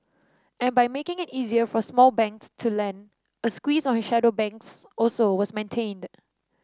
and by making it easier for small banks to lend a squeeze on shadow banks also was maintained